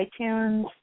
iTunes